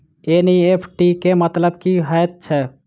NEFT केँ मतलब की हएत छै?